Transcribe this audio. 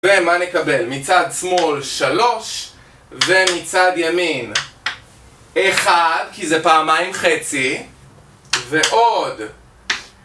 ומה נקבל? מצד שמאל 3, ומצד ימין 1, כי זה פעמיים חצי, ועוד.